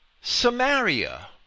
Samaria